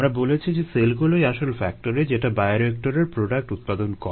আমরা বলেছি যে সেলগুলোই আসল ফ্যাক্টরি যেটা বায়োরিয়েক্টরের প্রোডাক্ট উৎপাদন করে